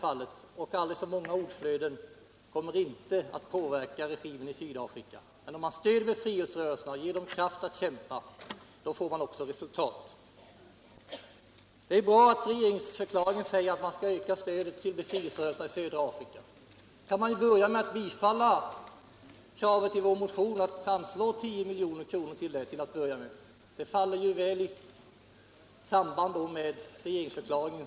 Aldrig så många ord kommer inte att påverka regimen i Sydafrika. Men om man stöder befrielserörelserna och ger dem kraft att kämpa, får man också resultat. Det är bra att det i regeringsförklaringen står att man skall öka stödet till befrielserörelserna i södra Afrika. Då kan man börja med att bifalla kravet i vår motion att anslå tio miljoner kronor till ANC. Jag tycker att det överensstämmer bra med propåerna i regeringsförklaringen.